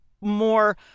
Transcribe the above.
more